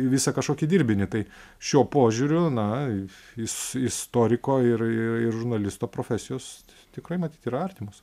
visą kažkokį dirbinį tai šiuo požiūriu na jis istoriko ir ir ir žurnalisto profesijos tikrai matyt yra artimos